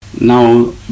Now